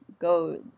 Go